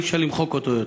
אי-אפשר למחוק אותו יותר.